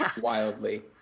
wildly